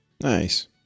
Nice